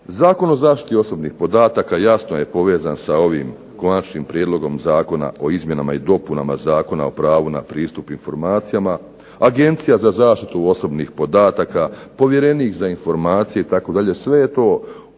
Zakon o zaštiti osobnih podataka jasno je povezan sa ovim Konačnim prijedlogom zakona o izmjenama i dopunama Zakona o pravu na pristup informacijama, Agencija za zaštitu osobnih podataka, Povjerenik za informacije i sve je to u